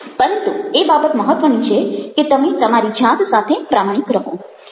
પરંતુ એ બાબત મહત્વની છે કે તમે તમારી જાત સાથે પ્રામાણિક રહો